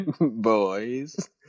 boys